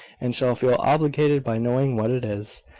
and shall feel obliged by knowing what it is.